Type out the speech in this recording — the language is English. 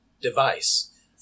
device